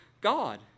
God